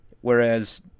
whereas